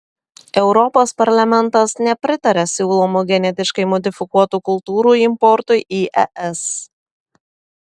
europos parlamentas nepritaria siūlomų genetiškai modifikuotų kultūrų importui į es